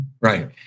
Right